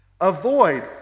Avoid